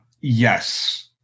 Yes